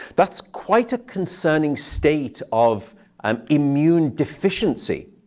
that's quite a concerning state of um immune deficiency.